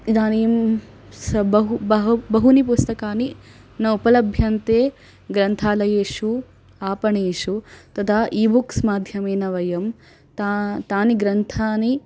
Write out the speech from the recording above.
इदानीं स् बहु बहु बहूनि पुस्तकानि न उपलभ्यन्ते ग्रन्थालयेषु आपणेषु तदा ई बुक्स् माध्यमेन वयं ताः तानि ग्रन्थानि